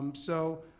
um so,